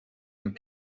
and